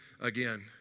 again